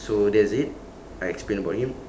so that's it I explain about him